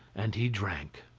and he drank.